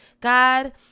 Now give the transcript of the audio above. God